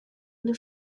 blue